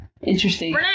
Interesting